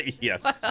Yes